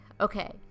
okay